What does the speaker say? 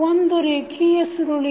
ಒಂದು ರೇಖಿಯ ಸುರುಳಿ